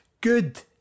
good